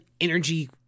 energy